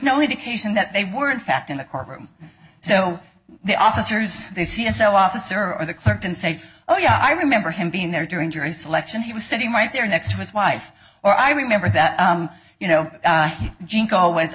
no indication that they were in fact in the courtroom so the officers the c s o officer or the clinton say oh yeah i remember him being there during jury selection he was sitting right there next to his wife or i remember that you know